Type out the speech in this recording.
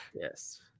Yes